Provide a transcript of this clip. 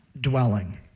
dwelling